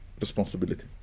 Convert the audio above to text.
responsibility